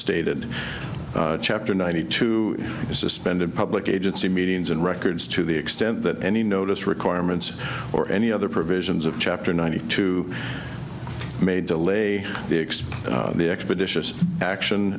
stated chapter ninety two suspended public agency meetings and records to the extent that any notice requirements or any other provisions of chapter nine hundred two may delay the explain the expeditious action